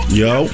yo